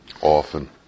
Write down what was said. often